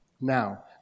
Now